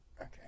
Okay